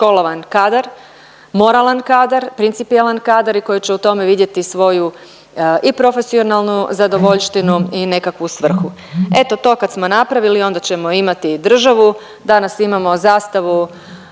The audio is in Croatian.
visokoškolovan kadar, moralan kadar, principijelan kadar i koji će u tome vidjeti svoju i profesionalnu zadovoljštinu i nekakvu svrhu. Eto to kad smo napravili onda ćemo imati državu, danas imamo zastavu,